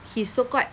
his so called